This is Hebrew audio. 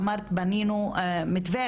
אמרת בנינו מתווה,